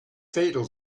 fatal